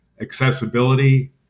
accessibility